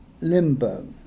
limbo